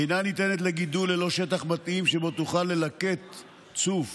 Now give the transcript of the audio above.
דבורה אינה ניתנת לגידול ללא שטח מתאים שבו תוכל ללקט צוף.